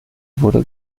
wurde